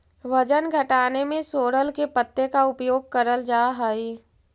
वजन घटाने में सोरल के पत्ते का उपयोग करल जा हई?